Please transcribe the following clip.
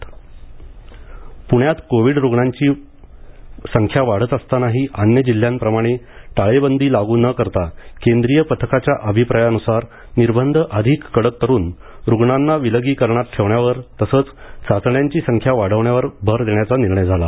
प्ण्यात कोविड रुग्णांची संख्या वाढत असतानाही अन्य जिल्ह्यांप्रमाणे टाळेबंदी लागू न करता केंद्रीय पथकाच्या अभिप्रायानुसार निर्वंध अधिक कडक करून रुग्णांना विलगीकरणात ठेवण्यावर तसच चाचण्यांची संख्या वाढवण्यावर भर देण्याचा निर्णय झाला